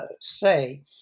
say